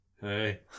hey